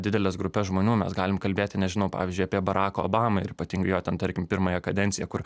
dideles grupes žmonių mes galim kalbėti nežinau pavyzdžiui apie baraką obamą ir ypatingai jo ten tarkim pirmąją kadenciją kur